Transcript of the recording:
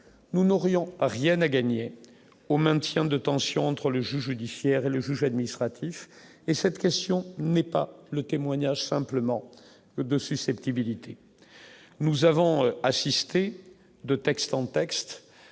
nous n'aurions rien à gagner au maintien de tension entre le judiciaire et le juge administratif et cette question n'est pas le témoignage simplement de susceptibilité, nous avons assisté de texte en texte,